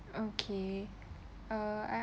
okay uh I